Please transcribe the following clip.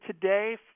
today